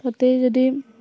তাতেই যদি